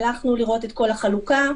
הלכנו לראות את כל החלוקה,